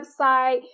website